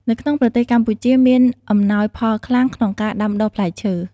នៅក្នុងប្រទេសកម្ពុជាមាន អំណោយផលខ្លាំង ក្នុងការដាំដុះផ្លែឈើ។